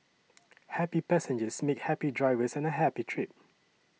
happy passengers make happy drivers and a happy trip